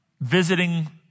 visiting